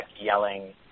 yelling